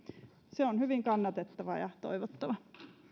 se on hyvin kannatettava ja toivottava